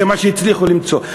זה מה שהצליחו למצוא.